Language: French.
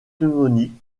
pneumonie